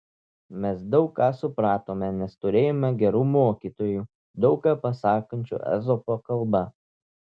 mes daug ką supratome nes turėjome gerų mokytojų daug ką pasakančių ezopo kalba